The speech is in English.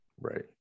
right